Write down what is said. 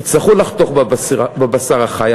יצטרכו לחתוך בבשר החי,